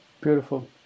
Beautiful